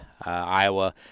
Iowa